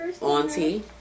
auntie